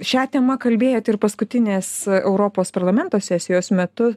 šia tema kalbėjot ir paskutinės europos parlamento sesijos metu